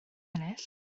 ennill